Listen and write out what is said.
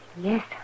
Yes